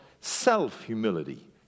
self-humility